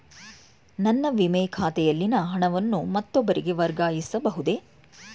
ನನ್ನ ವಿಮೆ ಖಾತೆಯಲ್ಲಿನ ಹಣವನ್ನು ಮತ್ತೊಬ್ಬರಿಗೆ ವರ್ಗಾಯಿಸ ಬಹುದೇ?